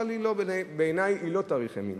אבל בעיני היא לא תאריך ימים,